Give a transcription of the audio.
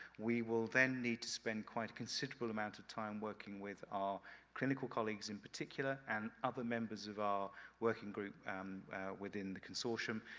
we will then need to spend quite a considerable amount of time working with our clinical colleagues, in particular, and other members of our working group within the consortium,